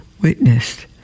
witnessed